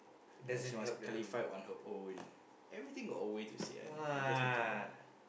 like she must clarify on her own everything got a way to say one you just need to know